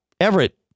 Everett